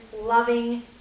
loving